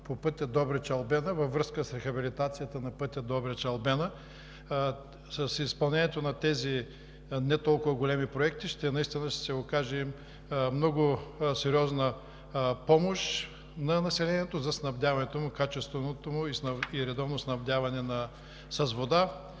по пътя Добрич – Албена, във връзка с рехабилитацията на пътя Добрич – Албена. С изпълнението на тези не толкова големи проекти наистина ще се окаже много сериозна помощ на населението за качественото му и редовно снабдяване с вода,